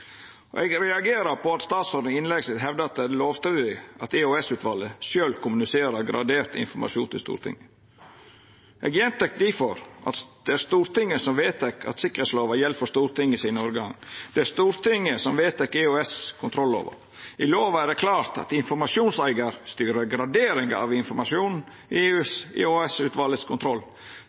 Eg reagerer på at statsråden i innlegget sitt hevdar at det er lovstridig at EOS-utvalet sjølv kommuniserer gradert informasjon til Stortinget. Eg gjentek difor at det er Stortinget som vedtek at sikkerheitslova gjeld for Stortinget sine organ. Det er Stortinget som vedtek EOS-kontrollova. I lova er det klårt at informasjonseigar styrer graderinga av informasjonen i EOS-utvalets kontroll.